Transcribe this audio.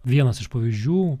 vienas iš pavyzdžių